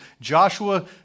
Joshua